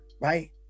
right